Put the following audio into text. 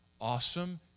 awesome